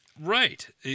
Right